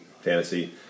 Fantasy